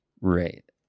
Right